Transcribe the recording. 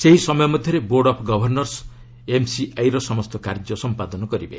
ସେହି ସମୟ ମଧ୍ୟରେ ବୋର୍ଡ଼ ଅଫ୍ ଗଭର୍ଣ୍ଣର୍ସ ଏମ୍ସିଆଇର ସମସ୍ତ କାର୍ଯ୍ୟ ସମ୍ପାଦନ କରିବେ